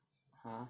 !huh!